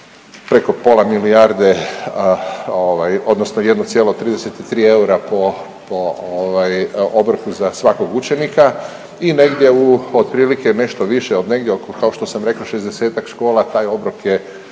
preko pola milijarde, odnosno 1,33 eura po ovaj, obroku za svakog učenika i negdje u otprilike, nešto više od negdje oko kao što sam rekao, 60-ak škola, taj obrok je